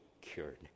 cured